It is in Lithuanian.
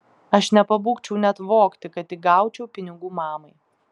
aš nepabūgčiau net vogti kad tik gaučiau pinigų mamai